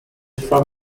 from